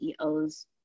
CEOs